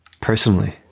personally